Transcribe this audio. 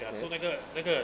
ya so 那个那个